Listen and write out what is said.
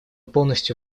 полностью